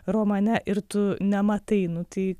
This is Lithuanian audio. romane ir tu nematai nu tai